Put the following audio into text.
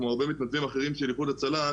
כמו הרבה מתנדבים אחרים של איחוד הצלה,